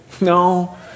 no